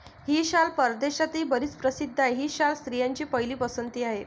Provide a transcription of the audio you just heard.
ही शाल परदेशातही बरीच प्रसिद्ध आहे, ही शाल स्त्रियांची पहिली पसंती आहे